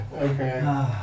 okay